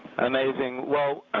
amazing. well,